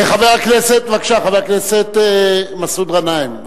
חבר הכנסת מסעוד גנאים.